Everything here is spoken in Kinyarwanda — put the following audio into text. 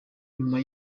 nyuma